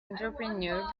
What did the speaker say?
entrepreneur